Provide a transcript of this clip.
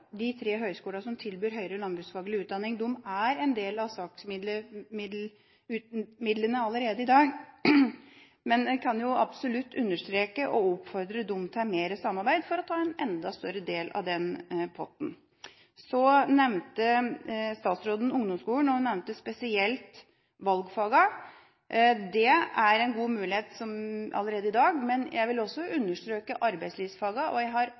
de tre høyskolene som tilbyr høyere landbruksfaglig utdanning, en del av SAK-midlene allerede i dag. Men man kan jo absolutt understreke det, og oppfordre dem til mer samarbeid for å ta en enda større del av den potten. Så nevnte statsråden ungdomsskolen, og hun nevnte spesielt valgfagene. Det er en god mulighet allerede i dag, men jeg vil også framheve arbeidslivsfagene. Når jeg har